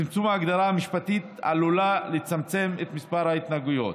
צמצום ההגדרה המשפטית עלולה לצמצמם את מספר ההתנהגויות.